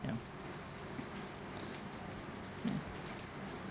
yeah ya